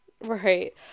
Right